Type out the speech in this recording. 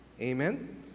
Amen